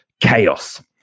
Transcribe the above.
chaos